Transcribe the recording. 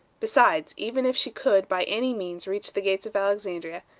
besides, even if she could by any means reach the gates of alexandria,